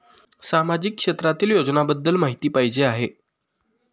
सामाजिक क्षेत्रातील योजनाबद्दल माहिती पाहिजे आहे?